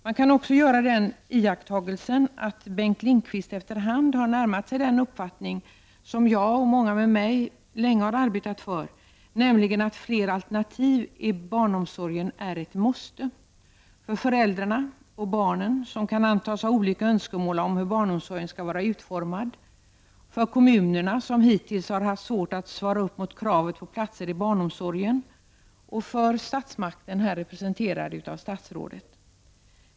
Man kan också göra den iakttagelsen att Bengt Lindqvist efter hand har närmat sig den uppfattning som jag och många med mig länge har arbetat för, nämligen att flera alternativ inom barnomsorgen är ett måste -- för föräldrarna och barnen, vilka kan antas ha olika uppfattningar om hur barnomsorgen skall vara utformad, för kommunerna som hittills har haft svårt att svara upp mot kravet på fler platser inom barnomsorgen och för statsmakten, här representerad av statsrådet.